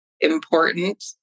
important